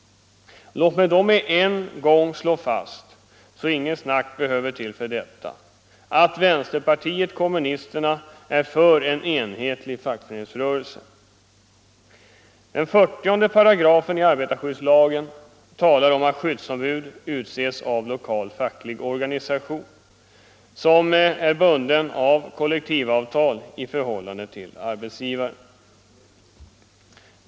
Låt mig med en gång slå fast, så att inget snack behövs för detta, att vänsterpartiet kommunisterna är för en enhetlig fackföreningsrörelse. Arbetarskyddslagens 40 § talar om att skyddsombud utses av lokal facklig organisation som är bunden av kollektivavtal i förhållande till arbetsgivaren.